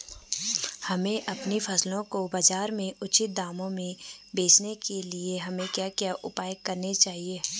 हमें अपनी फसल को बाज़ार में उचित दामों में बेचने के लिए हमें क्या क्या उपाय करने चाहिए?